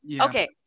Okay